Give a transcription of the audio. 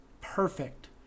perfect